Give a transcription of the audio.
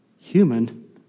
human